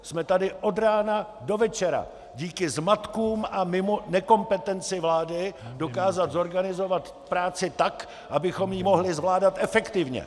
Jsme tady od rána do večera díky zmatkům a nekompetenci vlády dokázat zorganizovat práci tak, abychom ji mohli zvládat efektivně.